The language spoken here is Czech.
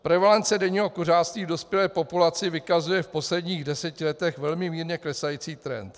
Prevalence denního kuřáctví v dospělé populaci vykazuje v posledních deseti letech velmi mírně klesající trend.